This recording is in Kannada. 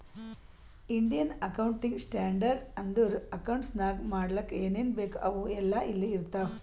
ಇಂಡಿಯನ್ ಅಕೌಂಟಿಂಗ್ ಸ್ಟ್ಯಾಂಡರ್ಡ್ ಅಂದುರ್ ಅಕೌಂಟ್ಸ್ ನಾಗ್ ಮಾಡ್ಲಕ್ ಏನೇನ್ ಬೇಕು ಅವು ಎಲ್ಲಾ ಇಲ್ಲಿ ಇರ್ತಾವ